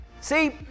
see